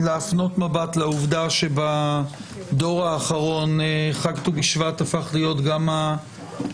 להפנות מבט לעובדה שבדור האחרון חג ט"ו בשבט גם הפך להיות היום